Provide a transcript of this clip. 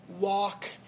walk